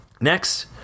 Next